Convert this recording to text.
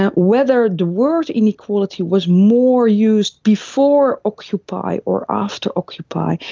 ah whether the word inequality was more used before occupy or after occupy,